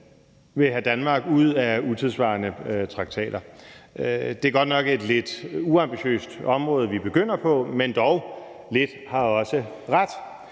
vil have Danmark ud af utidssvarende traktater. Det er godt nok et lidt uambitiøst område, vi begynder på, men lidt har dog også ret.